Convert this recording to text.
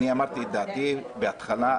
ואמרתי את דעתי בהתחלה,